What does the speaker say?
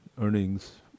earnings